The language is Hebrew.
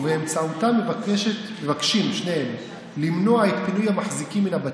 ובאמצעותה מבקשים שניהם למנוע את פינוי המחזיקים מהבתים.